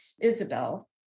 Isabel